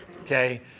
okay